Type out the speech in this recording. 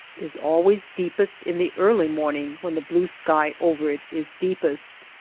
is always deepest in the early morning when the blue sky over it is deepest.